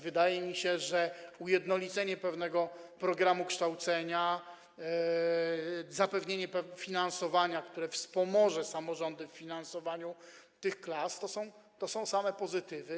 Wydaje mi się, że ujednolicenie pewnego programu kształcenia, zapewnienie finansowania, które wspomoże samorządy w finansowaniu tych klas, to są same pozytywy.